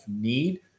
need